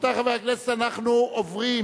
אנחנו עוברים